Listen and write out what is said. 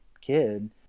kid